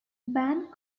band